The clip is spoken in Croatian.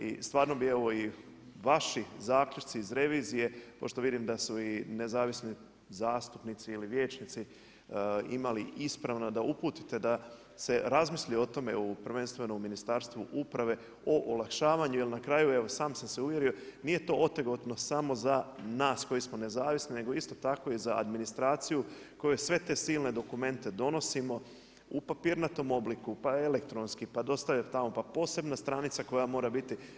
I stvarno bi evo i vaši zaključci iz revizije, pošto vidim da su i nezavisni zastupnici ili vijećnici imali isprava da uputite da se razmisli o tome prvenstveno u Ministarstvu uprave, o olakšavanju, jer na kraju, evo sam sam se uvjerio, nije to otegnuto samo za nas koji smo nezavisni, nego isto tako i za administraciju, koju sve te silne dokumente donosimo u papirnatom obliku, pa elektronski, pa dostavlja tamo, pa posebna stranica koja mora biti.